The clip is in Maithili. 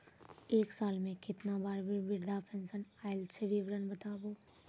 एक साल मे केतना बार वृद्धा पेंशन आयल छै विवरन बताबू?